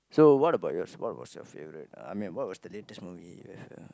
so what about yours what was your favourite I mean was what the latest movie